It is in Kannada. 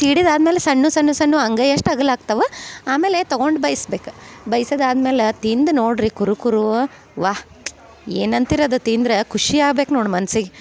ತೀಡಿದ ಆದ್ಮೇಲೆ ಸಣ್ಣು ಸಣ್ಣು ಸಣ್ಣು ಅಂಗೈ ಅಷ್ಟು ಅಗಲ ಆಗ್ತವೆ ಆಮೇಲೆ ತಗೊಂಡು ಬಯಸ್ಬೇಕು ಬಯ್ಸದ ಆದ್ಮೇಲೆ ತಿಂದು ನೋಡ್ರಿ ಕುರು ಕುರೂ ವಾ ಏನು ಅಂತೀರ ಅದು ತಿಂದ್ರ ಖುಷಿ ಆಬೇಕು ನೋಡಿ ಮನ್ಸಿಗೆ